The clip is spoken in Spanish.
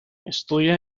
estudia